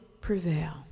prevail